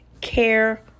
care